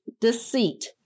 deceit